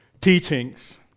teachings